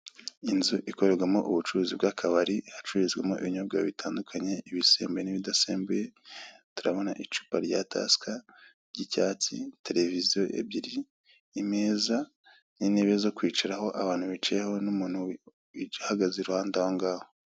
Inzu ikorerwamo ubucuruzi bw'akabari, hacururuzwamo ibinyobwa bitandukanye, ibisembuye n'ibidasembuye, turabona icupa rya tasika, ry'icyatsi, televiziyo ebyiri, imeza, n'intebe zo kwicaraho abantu bicaye ho, n'umuntu uhagaze iruhande ahongaho.